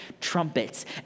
trumpets